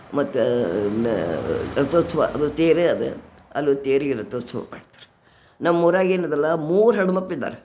ಮತ್ತು ರಥೋತ್ಸವ ಅದು ತೇರೆ ಅದು ಅಲ್ಲಿ ತೇರಿಗು ರಥೋತ್ಸವ ಮಾಡ್ತಾರೆ ನಮ್ಮೂರಾಗ ಏನದಲ್ಲ ಮೂರು ಹೆಣ್ಮಕ್ಳಿದ್ದಾರೆ